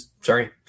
Sorry